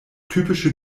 typische